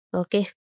okay